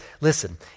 listen